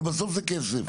אבל בסוף זה כסף.